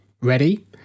ready